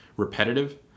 repetitive